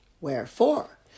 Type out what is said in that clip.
Wherefore